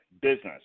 business